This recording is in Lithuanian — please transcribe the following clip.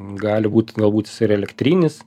gali būt galbūt ir elektrinis